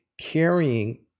carrying